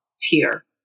tier